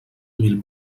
mil